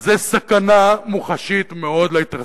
זה סכנה מוחשית מאוד של התרסקות.